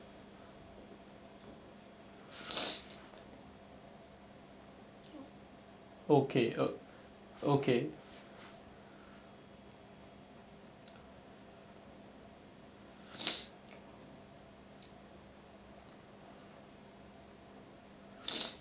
okay oh okay